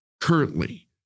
currently